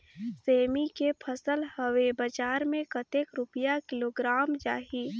सेमी के फसल हवे बजार मे कतेक रुपिया किलोग्राम जाही?